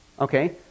Okay